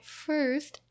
first